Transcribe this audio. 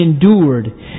endured